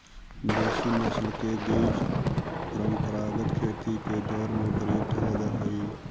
देशी नस्ल के बीज परम्परागत खेती के दौर में प्रयुक्त होवऽ हलई